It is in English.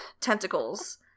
tentacles